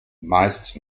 meist